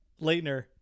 Leitner